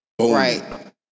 Right